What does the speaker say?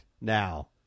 now